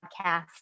podcast